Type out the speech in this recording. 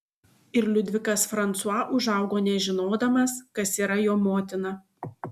ir liudvikas fransua užaugo nežinodamas kas yra jo motina